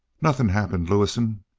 nothing happened, lewison.